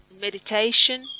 meditation